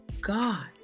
God